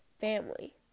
family